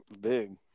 big